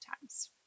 Times